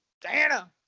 Diana